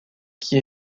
qui